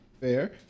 Fair